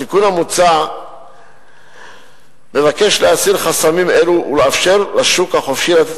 התיקון המוצע מבקש להסיר חסמים אלו ולאפשר לשוק החופשי לתת